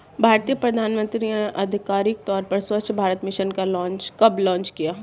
भारतीय प्रधानमंत्री ने आधिकारिक तौर पर स्वच्छ भारत मिशन कब लॉन्च किया?